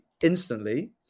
instantly